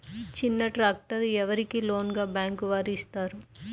చిన్న ట్రాక్టర్ ఎవరికి లోన్గా బ్యాంక్ వారు ఇస్తారు?